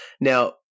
Now